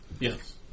Yes